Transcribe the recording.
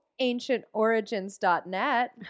ancientorigins.net